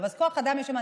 אז כוח אדם יש שם,